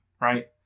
right